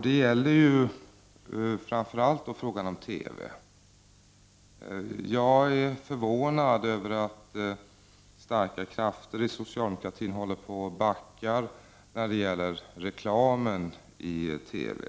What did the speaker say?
Det gäller framför allt frågan om TV. Jag är förvånad över att starka krafter inom socialdemokratin backar i fråga om reklamen i TV.